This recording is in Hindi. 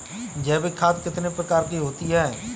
जैविक खाद कितने प्रकार की होती हैं?